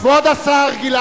את לא דיברת עם ה"חמאס".